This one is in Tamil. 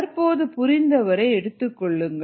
தற்போது புரிந்த வரை எடுத்துக் கொள்ளுங்கள்